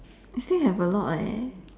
I still have a lot leh